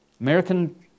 American